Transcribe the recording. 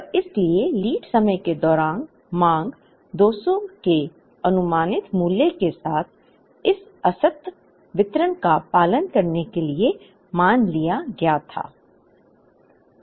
और इसलिए लीड समय के दौरान मांग 200 के अनुमानित मूल्य के साथ इस असतत वितरण का पालन करने के लिए मान लिया गया था